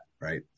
right